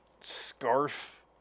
scarf